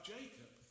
Jacob